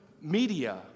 media